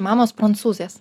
mamos prancūzės